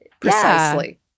Precisely